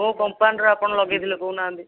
କୋଉ କମ୍ପାନୀର ଆପଣ ଲଗେଇଥିଲେ କହୁନାହାନ୍ତି